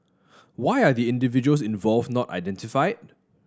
why are the individuals involved not identifiy